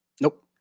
nope